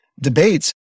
debates